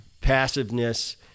passiveness